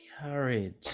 Courage